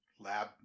Lab